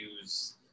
use